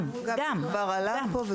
זה כבר עלה פה,